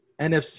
nfc